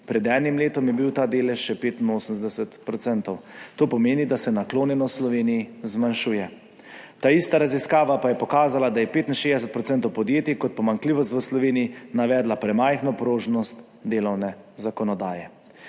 Pred enim letom je bil ta delež še 85 %, to pomeni, da se naklonjenost Sloveniji zmanjšuje. Taista raziskava pa je pokazala, da je 65 % podjetij kot pomanjkljivost v Sloveniji navedlo premajhno prožnost delovne zakonodaje.